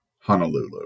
Honolulu